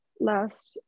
last